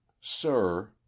Sir